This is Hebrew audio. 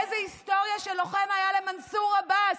איזו היסטוריה של לוחם הייתה למנסור עבאס.